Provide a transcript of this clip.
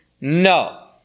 No